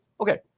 okay